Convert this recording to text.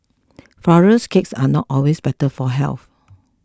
Flourless Cakes are not always better for health